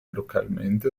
localmente